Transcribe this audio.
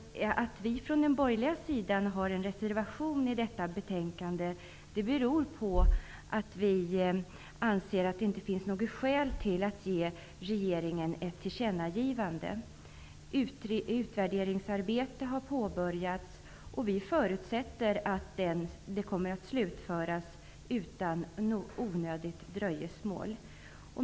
Att vi från den borgerliga sidan har en reservation fogad till detta betänkande beror på att vi anser att det inte finns något skäl att göra ett tillkännagivande till regeringen. Utvärderingsarbetet har påbörjats och vi förutsätter att det kommer att slutföras utan onödigt dröjsmål.